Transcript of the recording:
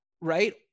right